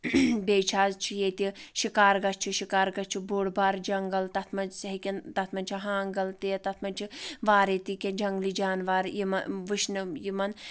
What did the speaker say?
بیٚیہِ چھِ حٕظ چُھِ ییٚتہِ شِکارگَش چھُ شکارگشَ چھُ بوٚڑ بارٕ جنٛگل تتھ منٛز ہؠکن تتھ منٛز چھِ ہانٛگل تہِ تتھ منٛز چھِ واریاہ تہِ کینٛہہ جنٛگلی جاناوار یِم وٕچھنہٕ یِمن